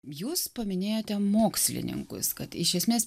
jūs paminėjote mokslininkus kad iš esmės